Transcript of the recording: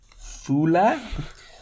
Fula